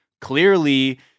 Clearly